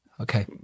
okay